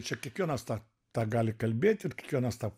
čia kiekvienas tą tą gali kalbėti ir kiekvienas tą